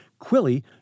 Quilly